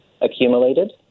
accumulated